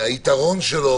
שהיתרון שלו,